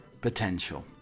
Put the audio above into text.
potential